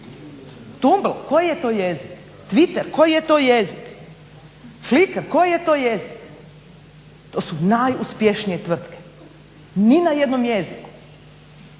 Tumble? Koji je to jezik? Twitter? Koji je to jezik? Flicker? Koji je to jezik? To su najuspješnije tvrtke, ni na jednom jeziku.